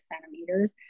centimeters